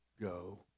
go